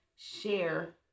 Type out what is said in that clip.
share